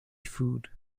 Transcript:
food